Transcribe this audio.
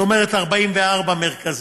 זאת אומרת 44 מרכזים.